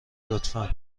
لطفا